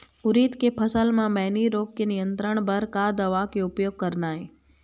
उरीद के फसल म मैनी रोग के नियंत्रण बर का दवा के उपयोग करना ये?